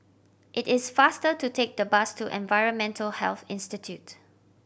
it is faster to take the bus to Environmental Health Institute